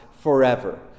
forever